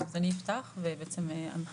טוב אני אפתח ובעצם אמשיך.